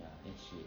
ya that's shit